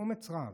באומץ רב,